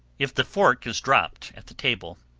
if the fork is dropped at the table,